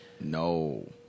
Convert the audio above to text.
No